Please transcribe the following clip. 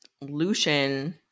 lucian